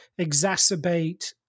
exacerbate